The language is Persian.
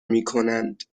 میکنند